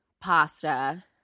pasta